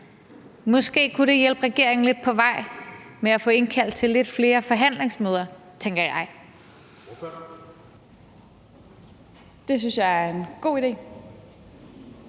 Måske kunne det hjælpe regeringen lidt på vej til at få indkaldt til lidt flere forhandlingsmøder, tænker jeg. Kl. 11:27 Anden